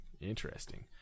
Interesting